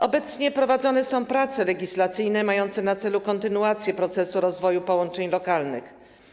Obecnie prowadzone są prace legislacyjne mające na celu kontynuację procesu rozwoju połączeń lokalnych.